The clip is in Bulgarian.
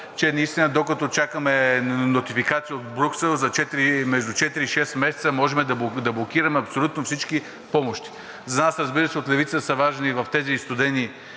че наистина, докато чакаме нотификация от Брюксел между четири и шест месеца, можем да блокираме абсолютно всички помощи. За нас, разбира се, от Левицата са важни за тези студени